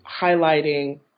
highlighting